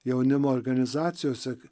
jaunimo organizacijose